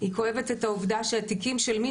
היא כואבת את העובדה שהתיקים של מי